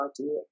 idea